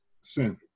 Sin